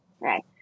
right